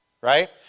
right